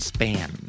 Span